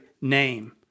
name